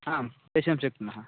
आम् प्रेषयं शक्नुमः